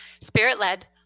spirit-led